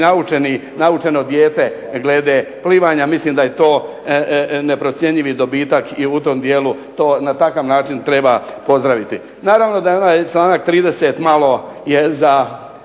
naučeno dijete glede plivanja, mislim da je to neprocjenjivi dobitak. I u tom dijelu na takav način treba pozdraviti. Naravno da je ovaj članak 30. malo je za